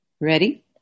Ready